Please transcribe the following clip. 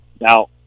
Now